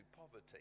poverty